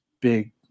big